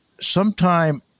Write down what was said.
sometime